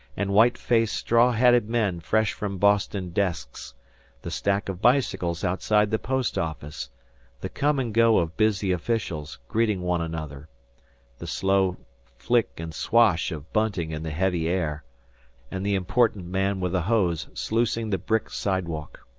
and white-faced straw-hatted men fresh from boston desks the stack of bicycles outside the post office the come-and-go of busy officials, greeting one another the slow flick and swash of bunting in the heavy air and the important man with a hose sluicing the brick sidewalk.